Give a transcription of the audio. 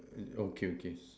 okay okay